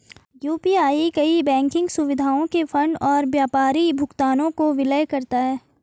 UPI कई banking सुविधाओं के फंड और व्यापारी भुगतानों को विलय करता है